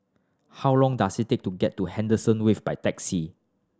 how long does it take to get to Henderson Wave by taxi